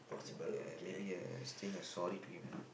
uh maybe uh saying a sorry to him lah